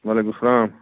وعلیکُم السَلام